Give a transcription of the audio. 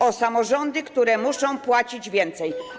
O samorządy, które muszą płacić więcej.